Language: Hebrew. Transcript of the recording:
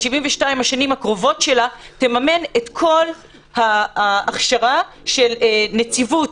ב-72 השנים הקרובות שלה תממן את כל ההכשרה של נציבות